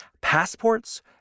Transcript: Passports